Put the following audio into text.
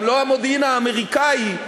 גם לא המודיעין האמריקני,